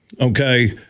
okay